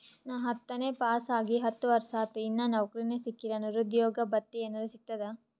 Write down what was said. ನಾ ಹತ್ತನೇ ಪಾಸ್ ಆಗಿ ಹತ್ತ ವರ್ಸಾತು, ಇನ್ನಾ ನೌಕ್ರಿನೆ ಸಿಕಿಲ್ಲ, ನಿರುದ್ಯೋಗ ಭತ್ತಿ ಎನೆರೆ ಸಿಗ್ತದಾ?